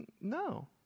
No